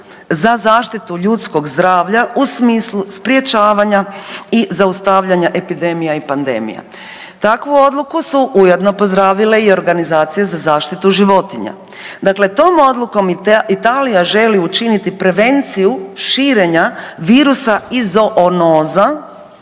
za zaštitu ljudskog zdravlja u smislu sprječavanja i zaustavljanja epidemija i pandemija. Takvu odluku su ujedno pozdravile i Organizacije za zaštitu životinja. Dakle tom odlukom Italija želi učiniti prevenciju širenja virusa iz zoonoza,